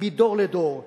מדור לדור,